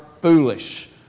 foolish